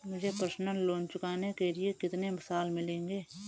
मुझे personal loan चुकाने के लिए कितने साल मिलेंगे?